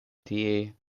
tie